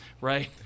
right